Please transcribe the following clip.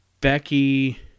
Becky